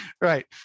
Right